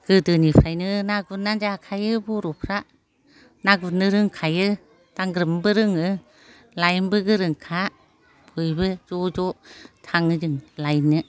गोदोनिफ्रायनो ना गुरनानै जाखायो बर'फ्रा ना गुरनो रोंखायो दांग्रोमनोबो रोङो लायनोबो गोरोंखा बयबो ज' ज' थाङो जों लायनो